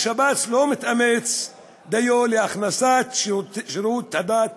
שב"ס לא מתאמץ דיו להכניס את שירות הדת